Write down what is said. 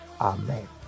Amen